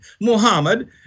Muhammad